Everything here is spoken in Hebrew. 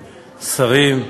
שרים,